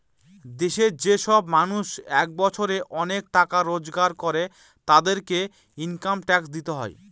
দেশে যে সব মানুষ এক বছরে অনেক টাকা রোজগার করে, তাদেরকে ইনকাম ট্যাক্স দিতে হয়